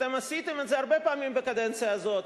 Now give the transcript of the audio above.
אתם עשיתם את זה הרבה פעמים בקדנציה הזאת.